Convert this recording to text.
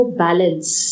balance